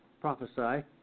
prophesy